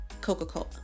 coca-cola